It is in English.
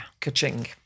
ka-ching